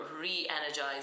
re-energize